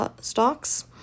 stocks